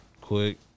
quick